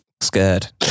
scared